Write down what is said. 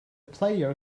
player